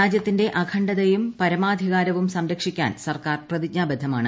രാജ്യത്തിന്റെ അഖ്യണ്ട്ഡതയും പരമാധികാരവും സംരക്ഷിക്കാൻ സർക്കാർ പ്രതിച്ച്ഞാബദ്ധമാണ്